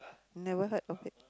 never heard of it